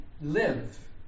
Live